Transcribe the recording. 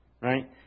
right